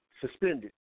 suspended